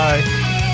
Bye